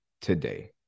today